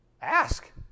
Ask